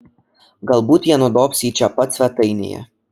galbūt jie nudobs jį čia pat svetainėje